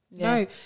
No